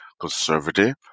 conservative